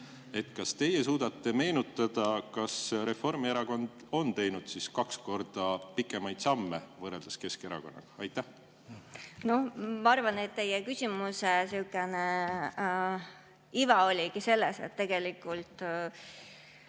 Kas te suudate meenutada, kas Reformierakond on teinud kaks korda pikemaid samme võrreldes Keskerakonnaga? Ma arvan, et teie küsimuse sihukene iva oligi selles, et tegelikult